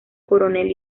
coronel